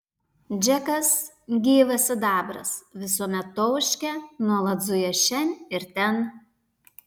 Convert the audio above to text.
džekas gyvas sidabras visuomet tauškia nuolat zuja šen ir ten